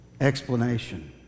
explanation